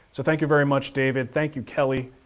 so thank you very much, david. thank you, kelly.